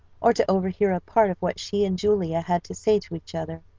or to overhear a part of what she and julia had to say to each other.